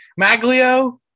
Maglio